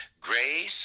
grace